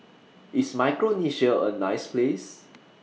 IS Micronesia A nice Place